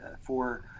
for-